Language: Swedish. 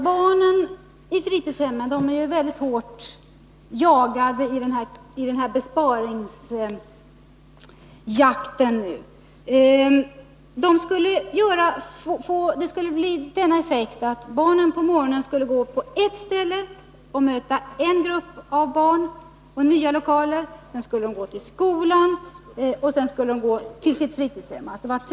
Barnen i fritidshem är ju väldigt hårt ansatta i den här besparingsjakten. Förslaget skulle få den effekten att barnen på morgonen skulle gå till ert ställe och möta en grupp av barn och nya lokaler. Sedan skulle de gå till skolan och därefter till sitt fritidshem.